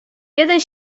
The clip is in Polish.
jeden